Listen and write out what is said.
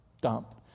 dump